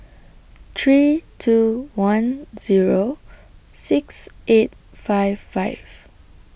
three two one Zero six eight five five